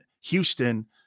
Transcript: Houston